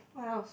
what else